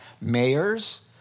mayors